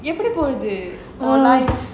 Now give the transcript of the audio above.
எப்படி போறது:eppadi porathu oh life